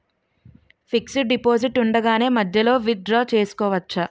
Fixed deposit ఉండగానే మధ్యలో withdraw చేసుకోవచ్చా?